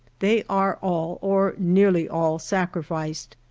they are all, or nearly all, sacriiiced.